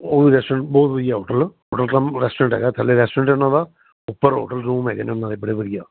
ਉਹ ਵੀ ਰੈਸਟੋਰੈਂਟ ਬਹੁਤ ਵਧੀਆ ਹੋਟਲ ਕਮ ਰੈਸਟੋਰੈਂਟ ਹੈਗਾ ਥੱਲੇ ਰੈਸਟੋਰੈਂਟ ਐ ਉਨ੍ਹਾਂ ਦਾ ਉੱਪਰ ਹੋਟਲ ਰੂਮ ਹੈਗੇ ਨੇ ਉਨ੍ਹਾਂ ਦੇ ਬੜੇ ਵਧੀਆ